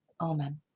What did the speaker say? Amen